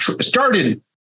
started